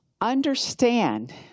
understand